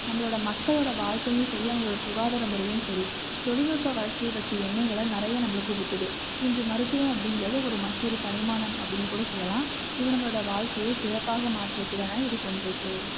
நம்மளோடய மக்களோடய வாழ்க்கையும் சரி அவங்களோடய சுகாதார முறையும் சரி தொழில்நுட்ப வளர்ச்சி பற்றி எண்ணைகள நிறைய நம்மளுக்கு ஊட்டுது இன்று மருத்துவம் அப்படின்றது ஒரு மற்றொரு பரிமாணம் அப்படின்னு கூட சொல்லலாம் இது நம்மளோடய வாழ்க்கையை சிறப்பாக மாற்றுத்திறனாக இது கொண்டிருக்கு